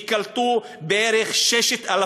ייקלטו בערך 6,000,